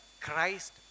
Christ